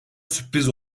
sürpriz